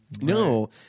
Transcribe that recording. No